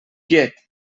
quiet